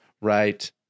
Right